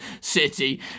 city